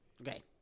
okay